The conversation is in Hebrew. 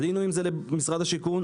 עלינו עם זה למשרד השיכון.